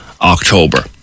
October